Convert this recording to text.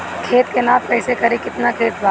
खेत के नाप कइसे करी की केतना खेत बा?